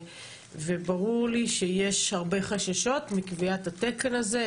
וברור לי שיש הרבה חששות מקביעת התקן הזה.